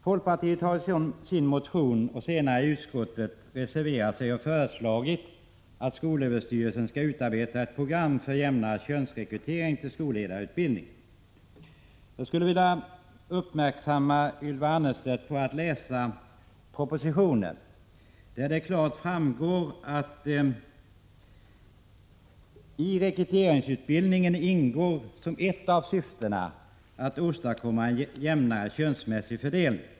Folkpartiet har i sin motion föreslagit att skolöverstyrelsen skall utarbeta ett program för jämnare könsrekrytering till skolledarutbildning. Senare har folkpartisterna reserverat sig i utskottet. Jag skulle vilja be Ylva Annerstedt läsa propositionen. Där framgår det klart att det i rekryteringsutbildningen bl.a. ingår att åstadkomma en jämnare könsmässig fördelning.